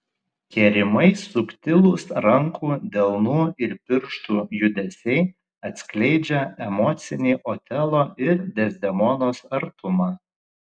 kerimai subtilūs rankų delnų ir pirštų judesiai atskleidžia emocinį otelo ir dezdemonos artumą